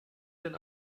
den